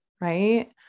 right